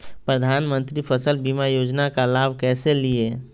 प्रधानमंत्री फसल बीमा योजना का लाभ कैसे लिये?